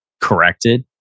corrected